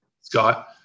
Scott